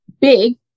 big